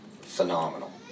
phenomenal